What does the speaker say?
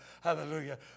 Hallelujah